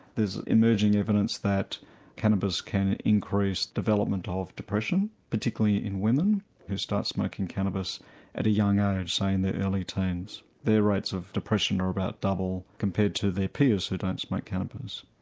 there's emerging evidence that cannabis can increase development of depression particularly in women who start smoking cannabis at a young age say in their early teens. their rates of depression are about double compared to their peers who don't smoke cannabis.